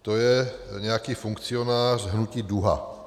To je nějaký funkcionář z hnutí DUHA.